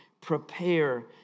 prepare